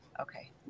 Okay